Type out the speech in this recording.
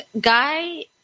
guy